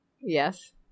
yes